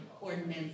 ordinance